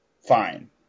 fine